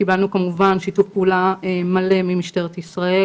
קיבלנו שיתוף פעולה מלא ממשטרת ישראל.